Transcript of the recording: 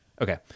Okay